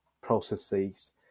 processes